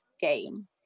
game